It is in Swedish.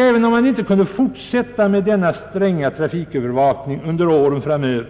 Även om man inte kunde fortsätta med denna stränga polisbevakning under åren framöver